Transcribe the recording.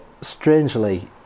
strangely